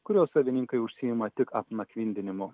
kurio savininkai užsiima tik apnakvindinimu